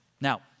Now